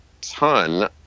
ton